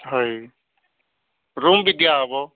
ହଇ ରୁମ୍ ବି ଦିଆ ହେବ